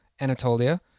Anatolia